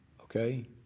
okay